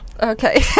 Okay